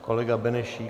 Kolega Benešík?